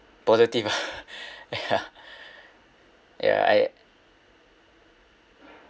positive ah ya ya I